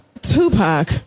Tupac